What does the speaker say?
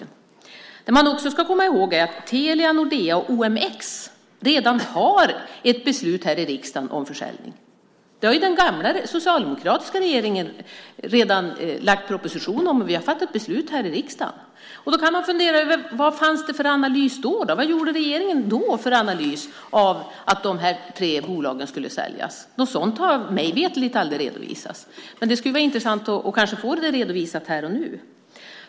Det som man också ska komma ihåg är att det redan har fattats beslut i riksdagen om försäljning av Telia, Nordea och OMX. Det lade den gamla socialdemokratiska regeringen fram en proposition om, och vi har fattat beslut i riksdagen om det. Då kan man fundera på vad det fanns för analys då. Vilken analys gjorde regeringen när det gällde att dessa tre bolag skulle säljas? Någon sådan har mig veterligt aldrig redovisats. Men det skulle vara intressant att kanske få den redovisad här och nu.